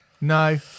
No